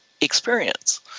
experience